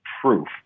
proof